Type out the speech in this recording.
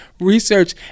research